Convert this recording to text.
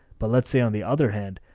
but let's say on the other hand,